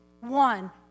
one